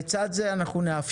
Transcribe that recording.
לצד זה נאפשר